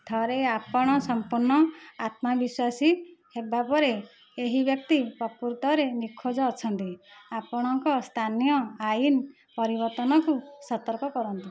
ଥରେ ଆପଣ ସମ୍ପୂର୍ଣ୍ଣ ଆତ୍ମବିଶ୍ୱାସୀ ହେବା ପରେ ଏହି ବ୍ୟକ୍ତି ପ୍ରକୃତରେ ନିଖୋଜ ଅଛନ୍ତି ଆପଣଙ୍କ ସ୍ଥାନୀୟ ଆଇନ ପରିବର୍ତ୍ତନକୁ ସତର୍କ କରନ୍ତୁ